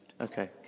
Okay